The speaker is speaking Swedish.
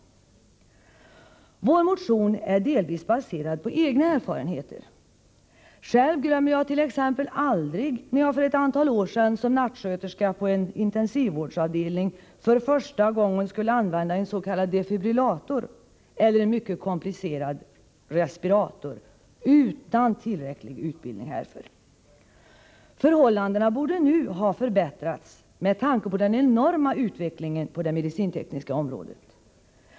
Vår motion är delvis baserad på egna erfarenheter. Själv glömmer jag t.ex. aldrig, när jag för ett antal år sedan som nattsköterska på en intensivvårdsavdelning för första gången skulle använda en s.k. defibrillator eller en mycket komplicerad respirator utan tillräcklig utbildning härför. Förhållandena borde nu ha förbättrats med tanke på den enorma utvecklingen på det medicintekniska området.